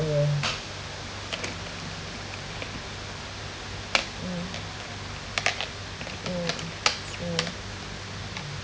yeah mm mm mm